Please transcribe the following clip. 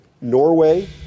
Norway